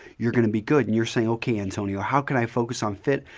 you're going to be good. and you're saying, okay, antonio, how can i focus on fit,